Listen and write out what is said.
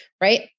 right